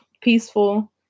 peaceful